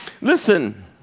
listen